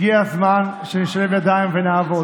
הגיע הזמן שנשלב ידיים ונעבוד.